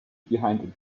behind